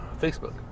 Facebook